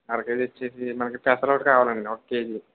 అర కేజీ వచ్చి మనకి పెసర ఒకటి కావాలండి ఒక కేజీ